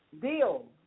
deal